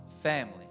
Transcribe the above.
family